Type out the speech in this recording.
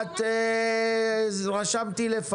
אני ארחם עליך.